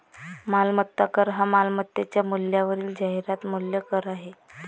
मालमत्ता कर हा मालमत्तेच्या मूल्यावरील जाहिरात मूल्य कर आहे